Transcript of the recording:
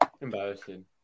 embarrassing